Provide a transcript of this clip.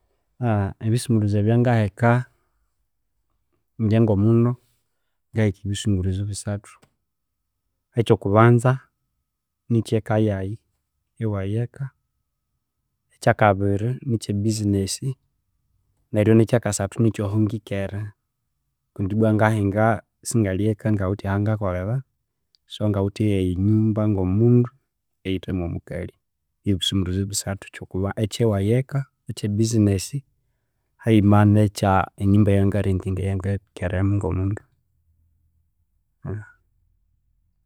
ebisumuruzyo ebya nga heka ingye ngo mundu ngaheka ebisumuruzyo bisathu ekyo kubanza nikye eka yaghe, ekyakabiri nikye busimess, neryo ne kyakasathu nikyo ahangikere kundi ibwa ngahinga sikalhe eka ngawithe aha ngakolhera so ngawithe eyaghe nyumba ngo mundu eyithemu omukalhi byebisumuruzyo bisathu ekyoku ebyawaghe eka, ekye business haghima kye enyumba eyanga rentinga eyangikeremu ngo mundu.